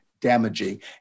damaging